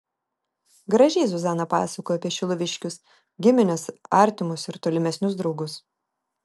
gražiai zuzana pasakojo apie šiluviškius gimines artimus ir tolimesnius draugus